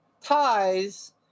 ties